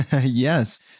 Yes